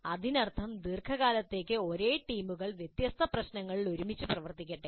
അതിനർത്ഥം ദീർഘകാലത്തേക്ക് ഒരേ ടീമുകൾ വ്യത്യസ്ത പ്രശ്നങ്ങളിൽ ഒരുമിച്ച് പ്രവർത്തിക്കട്ടെ